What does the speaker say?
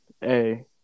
hey